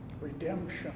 Redemption